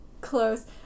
close